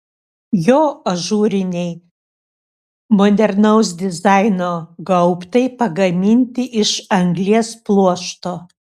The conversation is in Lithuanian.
jo ažūriniai modernaus dizaino gaubtai pagaminti iš anglies pluošto